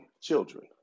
children